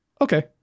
okay